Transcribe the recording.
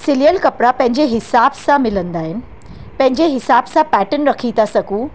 सिलियल कपिड़ा पंहिंजे हिसाब सां मिलंदा आहिनि पंहिंजे हिसाब सां पैटर्न रखी था सघूं